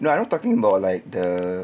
no I'm not talking about like the